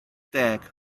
deg